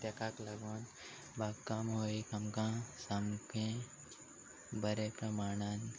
तेकात लागोन बागकाम हो एक आमकां सामकें बरें प्रमाणान